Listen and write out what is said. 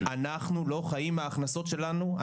אנחנו לא חיים מההכנסות שלנו.